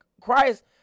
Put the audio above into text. Christ